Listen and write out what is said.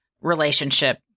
relationship